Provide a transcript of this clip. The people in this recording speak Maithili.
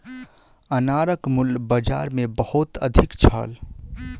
अनारक मूल्य बाजार मे बहुत अधिक छल